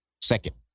second